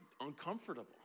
uncomfortable